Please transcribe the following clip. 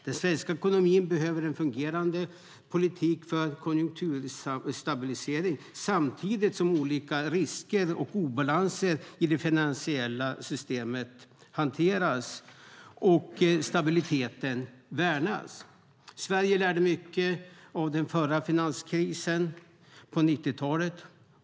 Den svenska ekonomin behöver en fungerande politik för konjunkturstabilisering, samtidigt som olika risker och obalanser i det finansiella systemet hanteras och stabiliteten värnas. Sverige lärde mycket av den förra finanskrisen på 90-talet.